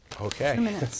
Okay